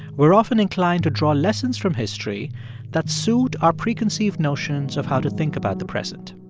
we're often inclined to draw lessons from history that suit our preconceived notions of how to think about the present.